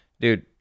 dude